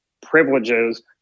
privileges